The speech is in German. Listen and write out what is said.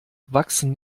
wachsen